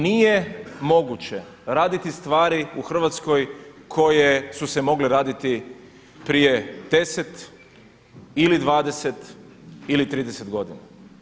Nije moguće raditi stvari u Hrvatskoj koje su se mogle raditi prije 10 ili 20 ili 30 godina.